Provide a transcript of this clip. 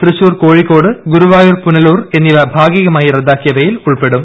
തൃശൂർ കോഴിക്കോട് ഗുരുവായൂർ പുനലൂർ എന്നിവ ഭാഗികമായി റദ്ദാക്കിയവയിൽ ഉൾപ്പെടും